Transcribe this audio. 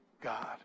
God